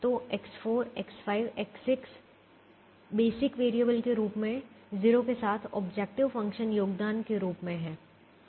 तो X4 X5 और X6 basic variable के रूप में 0 के साथ ऑब्जेक्टिव फ़ंक्शन योगदान के रूप में हैं